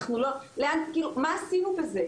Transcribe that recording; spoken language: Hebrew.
מה עשינו בזה?